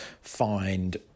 find